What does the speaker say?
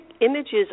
Images